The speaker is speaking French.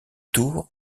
tour